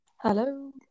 Hello